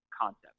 concept